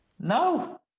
No